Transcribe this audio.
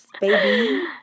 baby